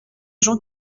gens